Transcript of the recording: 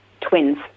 twins